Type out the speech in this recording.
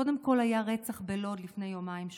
קודם כול, היה רצח בלוד לפני יומיים-שלושה,